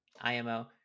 IMO